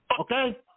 Okay